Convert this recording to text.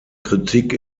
kritik